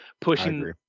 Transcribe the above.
pushing